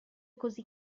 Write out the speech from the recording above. così